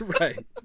Right